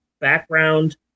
background